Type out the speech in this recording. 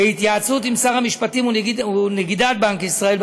בהתייעצות עם שר המשפטים ונגידת בנק ישראל,